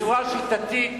בצורה שיטתית: